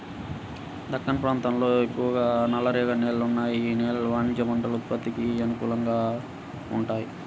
దక్కన్ ప్రాంతంలో ఎక్కువగా నల్లరేగడి నేలలు ఉన్నాయి, యీ నేలలు వాణిజ్య పంటల ఉత్పత్తికి అనుకూలంగా వుంటయ్యి